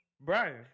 Brian